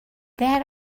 that